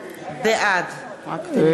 בעד רבותי,